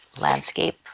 landscape